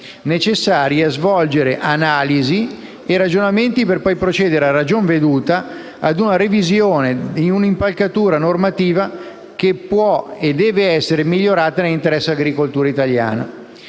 necessarie a svolgere analisi e ragionamenti per poi procedere, a ragion veduta, a una revisione di un'impalcatura normativa che può e deve essere migliorata nell'interesse dell'agricoltura italiana.